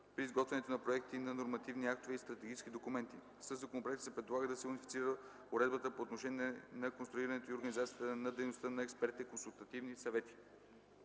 при изготвянето на проекти на нормативни актове и стратегически документи. Със законопроекта се предлага да се унифицира уредбата по отношение на конструирането и организацията на дейността на експертните консултативни съвети.